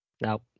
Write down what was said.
Now